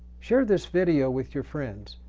share this video with your friends,